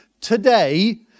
today